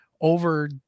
over